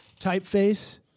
Typeface